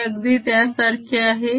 हे अगदी सारखे आहे